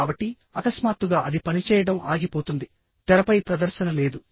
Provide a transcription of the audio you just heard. కాబట్టి అకస్మాత్తుగా అది పనిచేయడం ఆగిపోతుంది తెరపై ప్రదర్శన లేదు